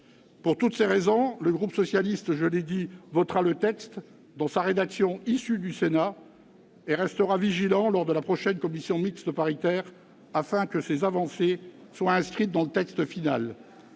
Pour toutes ces raisons, le groupe socialiste votera le texte dans sa rédaction issue du Sénat et restera vigilant, lors de la prochaine commission mixte paritaire, afin que ces avancées soient inscrites dans le texte final.